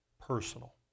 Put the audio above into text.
personal